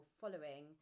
following